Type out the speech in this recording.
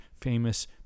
famous